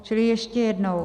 Čili ještě jednou.